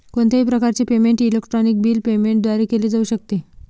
कोणत्याही प्रकारचे payment electronic bill payment द्वारे केले जाऊ शकते